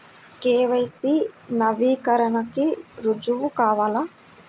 KYC నవీకరణకి రుజువు కావాలా?